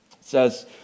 says